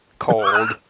cold